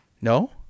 No